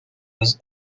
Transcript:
was